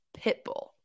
Pitbull